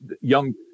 young